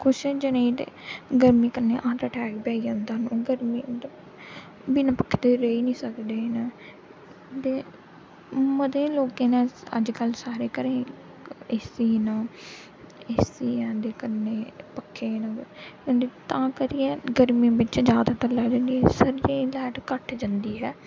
किश जनें ई ते गर्मी कन्नै हार्ट अटैक बी आई जंदा गर्मी च बिन पक्खे दे रेही निं सकदे न ते मते लोकें दे अजकल सारें घरें ए सी न ए सी हैन ते कन्नै पक्खे न ते कन्नै तां करियै गर्मियें बिच जां तक्कर लाइट नेईं सर्दियें च लाइट घट्ट जंदी ऐ